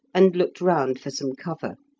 and looked round for some cover.